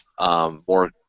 more